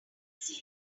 seen